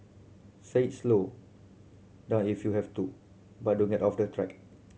say slow down if you have to but don't get off the track